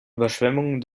überschwemmungen